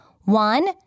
One